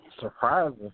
surprising